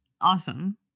awesome